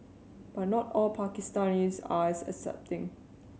but not all Pakistanis are as accepting